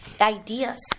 ideas